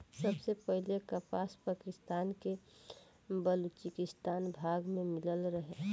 सबसे पहिले कपास पाकिस्तान के बलूचिस्तान भाग में मिलल रहे